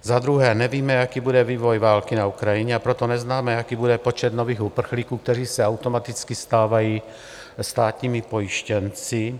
Za druhé nevíme, jaký bude vývoj války na Ukrajině, a proto neznáme, jaký bude počet nových uprchlíků, kteří se automaticky stávají státními pojištěnci.